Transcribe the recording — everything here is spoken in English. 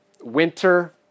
Winter